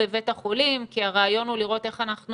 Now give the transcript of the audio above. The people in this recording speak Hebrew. בבית החולים כי הרעיון הוא לראות איך אנחנו